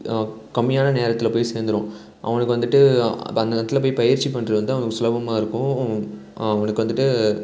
கம்மியான நேரத்தில் போய் சேர்ந்துரும் அவனுக்கு வந்துட்டு இப்போ அந்த நேரத்தில் போய் பயிற்சி பண்ணுறது வந்து அவனுக்கு சுலபமாக இருக்கும் அவனுக்கு வந்துட்டு